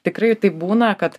tikrai taip būna kad